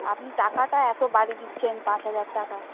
আপনি টাকাটা এত বাড়িয়ে দিচ্ছেন পাঁচ হাজার টাকা